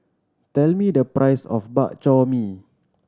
tell me the price of Bak Chor Mee